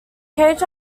cage